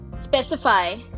specify